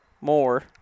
more